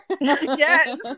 Yes